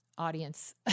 audience